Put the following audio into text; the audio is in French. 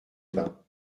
bains